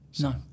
no